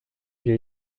j’ai